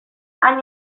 hain